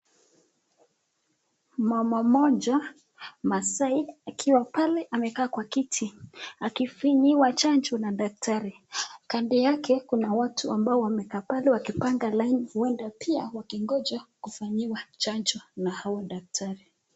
Mama moja masaai akiwa pale amekaa kwa kiti akifibyiwa chanjo na daktari, kando yake kuna watu wamekaa pale wakipanga laini huenda pia wakingoja kufanyiwa chanjo na hawa daktari.